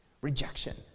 rejection